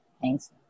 Thanks